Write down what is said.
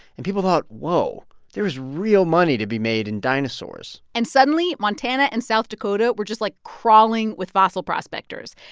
and people thought, whoa, there was real money to be made in dinosaurs and suddenly, montana and south dakota were just, like, crawling with fossil prospectors.